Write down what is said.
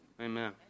Amen